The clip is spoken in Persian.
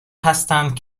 هستند